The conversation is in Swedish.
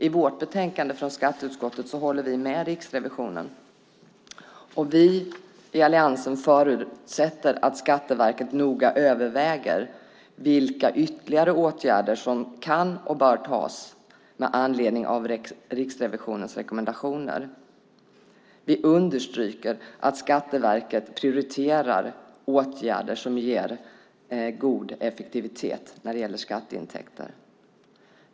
I skatteutskottets betänkande håller vi med Riksrevisionen, och vi i Alliansen förutsätter att Skatteverket noga överväger vilka ytterligare åtgärder som kan och bör vidtas med anledning av Riksrevisionens rekommendationer. Vi understryker att Skatteverket prioriterar åtgärder som ger god effektivitet när det gäller skatteintäkter.